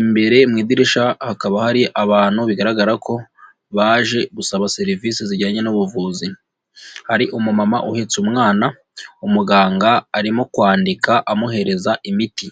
Imbere mu idirishya hakaba hari abantu bigaragara ko baje gusaba serivisi zijyanye n'ubuvuzi. Hari umumama uhetse umwana, umuganga arimo kwandika amuhereza imiti.